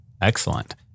excellent